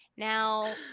Now